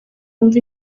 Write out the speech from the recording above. wumve